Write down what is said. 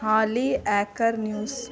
ಹಾಲಿ ಆ್ಯಕರ್ ನ್ಯೂಸ್